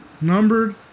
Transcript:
numbered